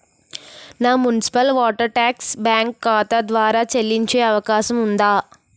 నా municipal water tax bank ఖాతా ద్వారా చెల్లించే అవకాశం ఉందా?